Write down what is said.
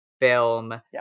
film